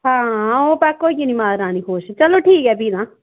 हां ओह् पक्क होई गेदी महारानी खोश चलो ठीक ऐ फ्ही तां